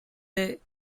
they